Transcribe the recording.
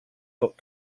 dot